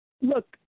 look